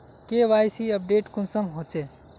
KYC update कुंसम होचे?